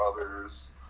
others